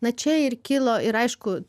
na čia ir kilo ir aišku